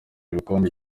igikombe